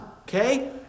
okay